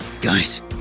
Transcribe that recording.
Guys